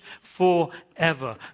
forever